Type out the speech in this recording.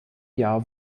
jahr